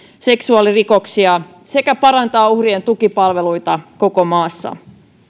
seksuaalirikoksia sekä parantaa uhrien tukipalveluita koko maassa